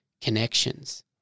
connections